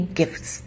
gifts